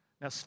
Now